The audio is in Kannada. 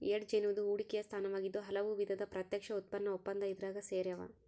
ಹೆಡ್ಜ್ ಎನ್ನುವುದು ಹೂಡಿಕೆಯ ಸ್ಥಾನವಾಗಿದ್ದು ಹಲವು ವಿಧದ ಪ್ರತ್ಯಕ್ಷ ಉತ್ಪನ್ನ ಒಪ್ಪಂದ ಇದ್ರಾಗ ಸೇರ್ಯಾವ